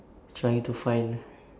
trying to find